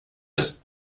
ist